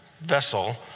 vessel